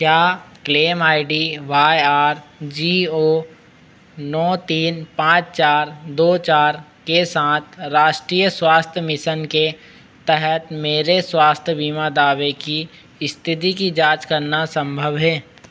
क्या claim ID Y R G O नौ तीन पाँच चार दो चार के साथ राष्ट्रीय स्वास्थ्य मिसन के तहत मेरे स्वास्थ्य बीमा दावे की स्थिति की जाँच करना संभव है